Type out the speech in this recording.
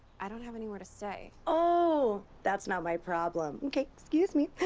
i don't have anywhere to stay. ohhh! that's not my problem. ok, excuse me.